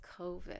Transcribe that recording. COVID